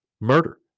murder